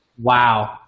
Wow